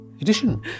edition